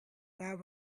that